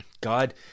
God